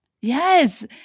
Yes